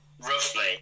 roughly